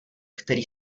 který